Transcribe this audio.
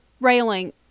railing